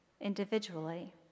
individually